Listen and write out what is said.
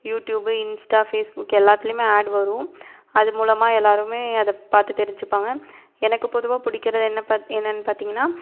YouTube Insta Facebook எல்லாத்திலேமே ad வரும் அது மூலமாக எல்லாேருமே அதை பார்த்து தெரிஞ்சுப்பாங்க எனக்கு பொதுவாக பிடிக்கிறது என்ன பாத் என்னென்னு பார்த்திங்கனா